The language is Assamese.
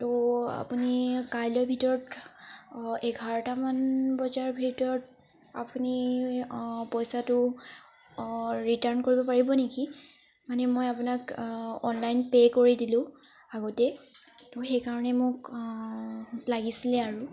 ত' আপুনি কাইলৈ ভিতৰত এঘাৰটামান বজাৰ ভিতৰত আপুনি পইচাটো ৰিটাৰ্ণ কৰিব পাৰিব নেকি মানে মই আপোনাক অনলাইন পে' কৰি দিলো আগতেই ত' সেইকাৰণে মোক লাগিছিলে আৰু